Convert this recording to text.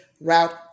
route